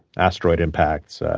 asteroid impacts,